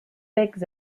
becs